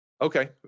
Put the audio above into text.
Okay